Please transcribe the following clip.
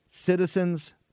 Citizens